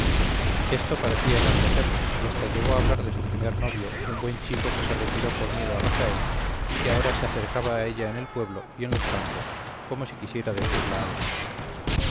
esto parecía enardecerla y hasta llegó a hablar de su primer novio un buen chico que se retiró por miedo a rafael y que ahora se acercaba a ella en el pueblo y en los campos como si quisiera decirla algo